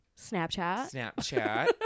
Snapchat